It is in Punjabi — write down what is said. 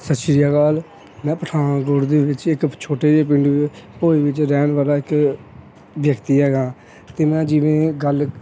ਸਤਿ ਸ਼੍ਰੀ ਅਕਾਲ ਮੈਂ ਪਠਾਨਕੋਟ ਦੇ ਵਿੱਚ ਇੱਕ ਛੋਟੇ ਜਿਹੇ ਪਿੰਡ ਭੋਏ ਵਿੱਚ ਰਹਿਣ ਵਾਲਾ ਇੱਕ ਵਿਅਕਤੀ ਹੈਗਾਂ ਅਤੇ ਮੈਂ ਜਿਵੇਂ ਗੱਲ